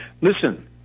Listen